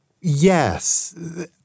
Yes